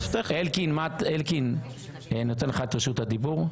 אלקין, אני נותן לך את רשות הדיבור.